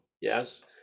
yes